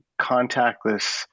contactless